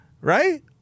right